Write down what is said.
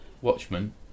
Watchmen